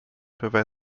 peuvent